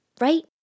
right